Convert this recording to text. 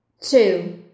two